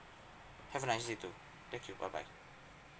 have a nice day too thank you bye bye